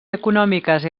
econòmiques